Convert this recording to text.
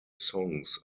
songs